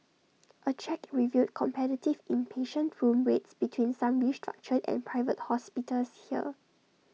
A check revealed competitive inpatient room rates between some restructured and Private Hospitals here